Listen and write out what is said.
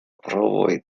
provoj